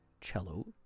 cello